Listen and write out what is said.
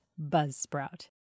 Buzzsprout